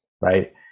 Right